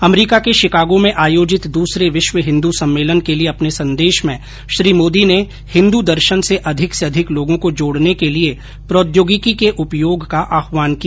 अमरीका के शिकागो में आयोजित दूसरे विश्व हिन्दू सम्मेलन के लिए अपने संदेश में श्री मोदी ने हिन्दू दर्शन से अधिक से अधिक लोगों को जोड़ने के लिए प्रौद्योगिकी के उपयोग का आहवान किया